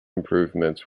improvements